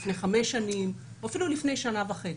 לפני 5 שנים או אפילו לפני שנה וחצי,